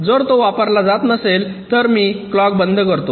जर तो वापरला जात नसेल तर मी क्लॉक बंद करतो